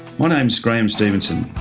my name's graeme stevenson,